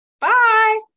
Bye